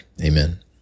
amen